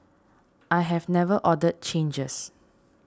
I have never ordered changes